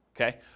okay